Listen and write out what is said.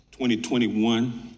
2021